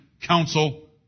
counsel